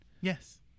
Yes